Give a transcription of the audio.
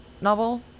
novel